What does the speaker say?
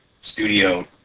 studio